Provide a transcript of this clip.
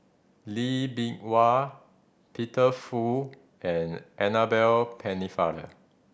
Lee Bee Wah Peter Fu and Annabel Pennefather